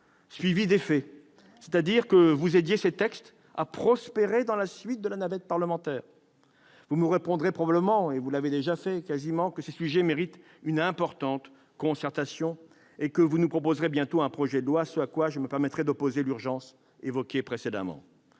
garde des sceaux, aider ces textes à prospérer dans la suite de la navette parlementaire ... Vous me répondrez probablement, vous l'avez d'ailleurs déjà presque fait, que ces sujets méritent une importante concertation et que vous nous proposerez bientôt un projet de loi, ce à quoi je me permettrai d'opposer l'urgence évoquée précédemment.